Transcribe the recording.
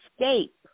escape